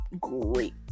great